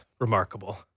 remarkable